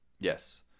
Yes